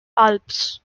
alps